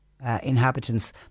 Inhabitants